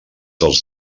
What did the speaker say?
dels